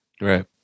Right